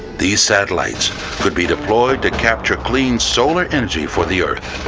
these satellites could be deployed to capture clean solar energy for the earth,